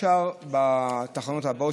השאר בתחנות הבאות,